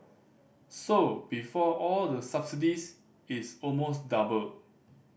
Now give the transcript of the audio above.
so before all the subsidies it's almost double